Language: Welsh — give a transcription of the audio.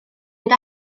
mynd